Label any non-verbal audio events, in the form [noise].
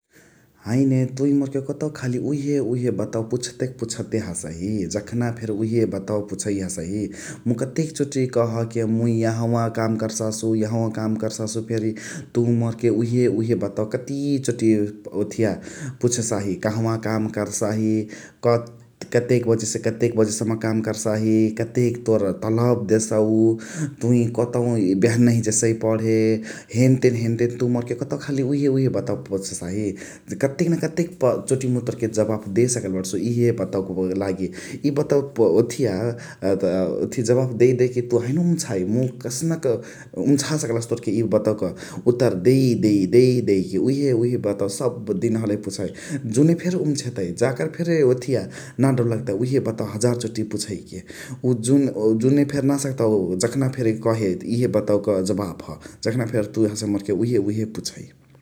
हैने तुइ मोरके कतु खाली उहे उहे बाटवा पुछतेक पुछ्हेट हसही । जखाने फेरी उहे बाटवा पुछै हसही । मुइ कतेक चोती कहके यहावाअ काम कर्साहु फेरी यहावाअ काम कर्सासु फेरी । तुइ मोरके उहे उहे बाटवा कते चोती ओथिया पुछसाही कहवा काम कर्साही [unintelligible] कतेक बजे से कतेक बजे सम्म काम कर्साही । कतेक तोर तलब देसउ । तुइ कतौ बेहनही जेसही पण्हे हेनतेन हेनतेन तुइ मोरके कतौ खाली उहे उहे बतवा पुछसाही । कतेन कतेक चोती मुइ तोरके जवाफ दे सकले बणसु इहे बतवाक लागी । इ बतवा वथिया [unintelligible] जवाफ देइ देइकी तुइ हैने उमछाइ मुइ कन्सुक उम्छा सकलासु तोरके इ बतवक उतर देइ देइ देइ देइकी । उहे उहे बतवा सबदिन हलही पुछइ । जुन फेरी उम्छेतइ जाकर फेरी ओथिय नाडौल लगताइ उहे बतवा हजार चोटी पुछैकी । उ जुन फेरी नाही सकताउ जखना फेरी कहे इहे बतवक जबाफ । जखना फेरी हसै तुइ मोरके उहे उहे पुछै ।